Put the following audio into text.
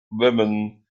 women